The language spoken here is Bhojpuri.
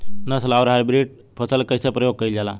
नस्ल आउर हाइब्रिड फसल के कइसे प्रयोग कइल जाला?